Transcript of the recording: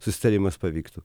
susitarimas pavyktų